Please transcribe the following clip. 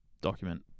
document